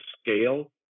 scale